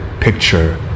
picture